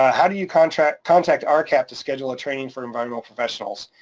ah how do you contact contact ah rcap to schedule a training for environmental professionals?